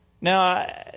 Now